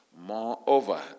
moreover